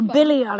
Billy